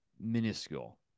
minuscule